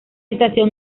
estación